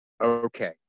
Okay